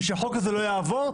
ושהחוק הזה לא יעבור,